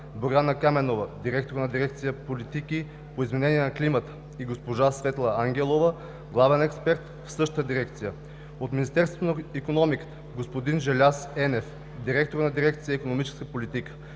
Боряна Каменова – директор на дирекция „Политики по изменение на климата“, и госпожа Светла Ангелова – главен експерт в същата дирекция; от Министерството на икономиката: господин Желяз Енев – директор на дирекция ,,Икономическа политика“,